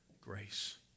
grace